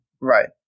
right